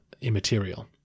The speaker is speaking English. immaterial